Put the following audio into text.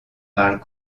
parlent